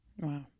Wow